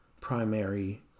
primary